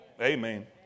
Amen